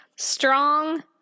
Strong